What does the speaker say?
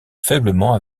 faiblement